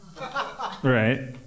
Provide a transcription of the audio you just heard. Right